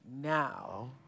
now